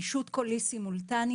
פישוט קולי סימולטני,